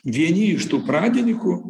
vieni iš tų pradininkų